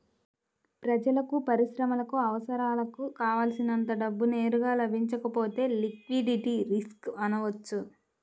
ప్రజలకు, పరిశ్రమలకు అవసరాలకు కావల్సినంత డబ్బు నేరుగా లభించకపోతే లిక్విడిటీ రిస్క్ అనవచ్చు